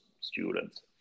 students